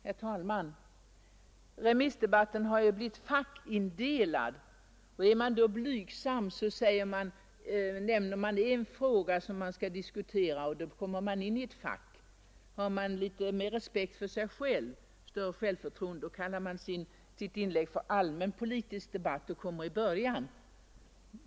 Herr talman! Remissdebatten har ju blivit fackindelad. Är man då blygsam, så nämner man en fråga som man vill diskutera, och då kommer man i ett fack. Har man litet mer respekt för sig själv, större självförtroende, så kallar man sitt inlägg för allmänpolitisk debatt, och då kommer man i början av talarlistan.